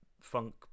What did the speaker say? funk